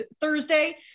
Thursday